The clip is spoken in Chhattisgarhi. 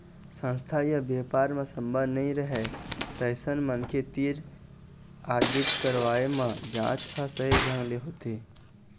संस्था य बेपार म संबंध नइ रहय तइसन मनखे तीर आडिट करवाए म जांच ह सही ढंग ले होथे